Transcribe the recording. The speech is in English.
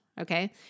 Okay